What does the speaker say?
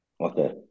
Okay